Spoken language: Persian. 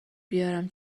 بیارم